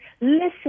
listen